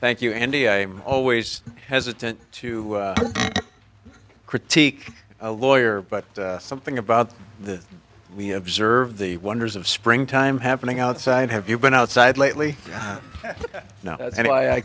thank you andy i'm always hesitant to critique a lawyer but something about the we observe the wonders of springtime happening outside have you been outside lately an